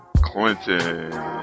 Clinton